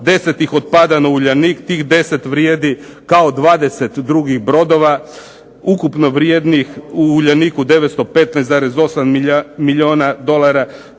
10 ih otpada na Uljanik. Tih 10 vrijedi kao 20 drugih brodova ukupno vrijednih u Uljaniku 915,8 milijuna dolara,